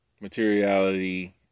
materiality